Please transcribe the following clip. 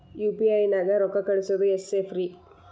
UPI ನ್ಯಾಗ ರೊಕ್ಕ ಕಳಿಸೋದು ಎಷ್ಟ ಸೇಫ್ ರೇ?